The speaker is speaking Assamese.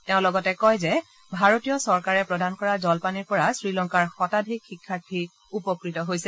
তেওঁ লগতে কয় যে ভাৰতীয় চৰকাৰে প্ৰদান কৰা জলপানিৰ পৰা শ্ৰীলংকাৰ শতাধিক শিক্ষাৰ্থী উপকৃত হৈছে